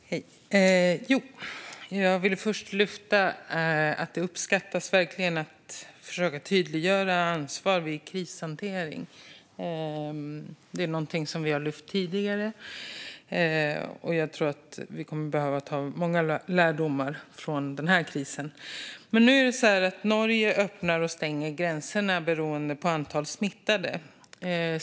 Herr talman! Jag vill först lyfta fram att det verkligen uppskattas att man försöker tydliggöra ansvar vid krishantering. Det är någonting som vi har lyft fram tidigare. Jag tror att vi kommer att dra många lärdomar från den här krisen. Norge öppnar och stänger gränserna beroende på antalet smittade.